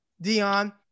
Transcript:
Dion